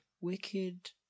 Wicked